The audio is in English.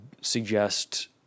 suggest